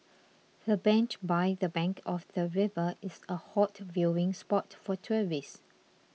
the bench by the bank of the river is a hot viewing spot for tourists